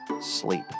sleep